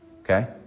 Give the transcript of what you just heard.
okay